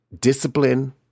discipline